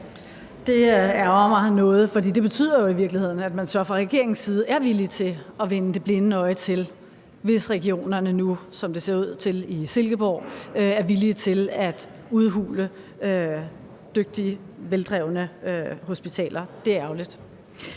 Det ærgrer mig noget, for det betyder jo i virkeligheden, at man så fra regeringens side er villige til at vende den blinde øje til, hvis regionerne nu, som det ser ud til i Silkeborg, er villige til at udhule dygtige, veldrevne hospitaler. Det er ærgerligt.